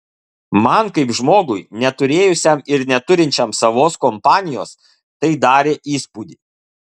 man kaip žmogui neturėjusiam ir neturinčiam savos kompanijos tai darė įspūdį